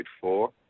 four